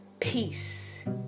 peace